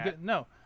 no